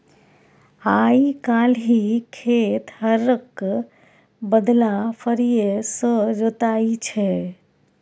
आइ काल्हि खेत हरक बदला फारीए सँ जोताइ छै